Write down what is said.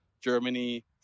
Germany